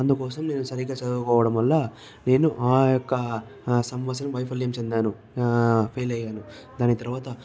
అందుకోసం నేను సరిగ్గా చదవకపోవడం వల్ల నేను ఆ యొక్క సంవత్సరం వైఫల్యం చెందాను ఫెయిల్ అయ్యాను దాని తర్వాత